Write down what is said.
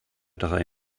drei